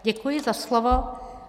Děkuji za slovo.